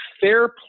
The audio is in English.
fair